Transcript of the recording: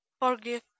forgive